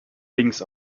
dings